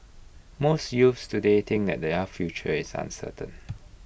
most youths today think that their future is uncertain